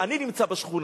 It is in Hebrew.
אני נמצא בשכונה.